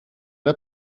der